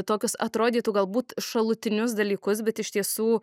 tokius atrodytų galbūt šalutinius dalykus bet iš tiesų